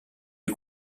les